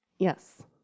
Yes